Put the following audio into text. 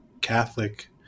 Catholic